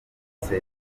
n’urwo